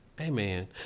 amen